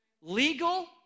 legal